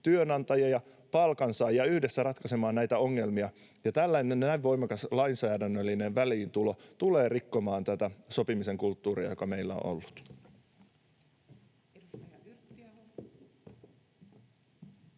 työnantajia ja palkansaajia yhdessä ratkaisemaan näitä ongelmia, ja tällainen näin voimakas lainsäädännöllinen väliintulo tulee rikkomaan tätä sopimisen kulttuuria, joka meillä on ollut.